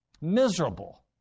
miserable